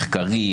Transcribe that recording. מחקרי,